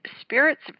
spirits